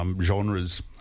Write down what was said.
genres